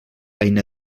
eina